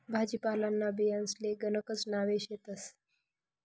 भाजीपालांना बियांसले गणकच नावे शेतस